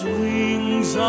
wings